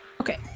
Okay